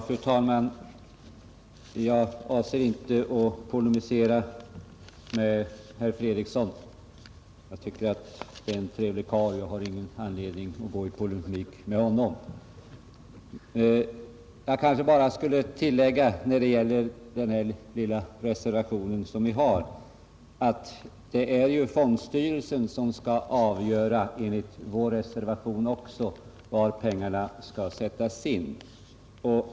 Fru talman! Jag avser inte att polemisera med herr Fredriksson; jag tycker han är en trevlig karl, och jag har ingen anledning att gå i polemik med honom. När det gäller den lilla reservation vi har avgivit vill jag tillägga att det är fondstyrelsen som även enligt vår reservation skall avgöra var pengarna skall sättas in.